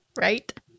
right